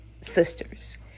sisters